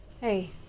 hey